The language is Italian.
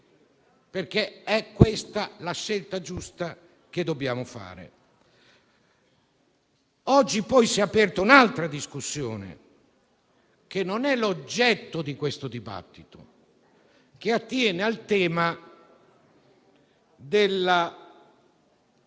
perché questa è la scelta giusta che dobbiamo fare. Oggi poi si è aperta un'altra discussione, che non è oggetto di questo dibattito e che attiene al tema